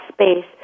space